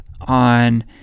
on